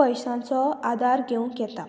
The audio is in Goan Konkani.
पयसांचो आदार घेवंक येता